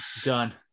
Done